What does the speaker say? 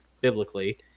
biblically